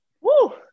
Woo